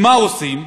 ומה עושים?